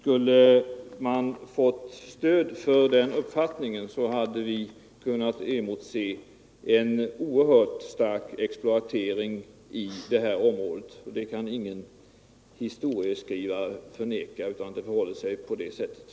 Hade man fått stöd för sin dåvarande ståndpunkt skulle vi ha kunnat emotse en oerhört stark exploatering av detta område - det kan ingen historieskrivare förneka, utan det förhåller sig så.